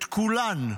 "את כולן.